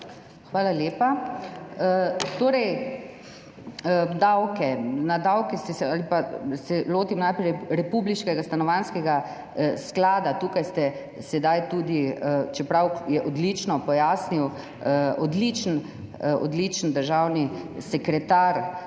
Hvala lepa. Torej, najprej se bom lotila republiškega stanovanjskega sklada, tukaj ste sedaj tudi, čeprav je odlično pojasnil odličen državni sekretar,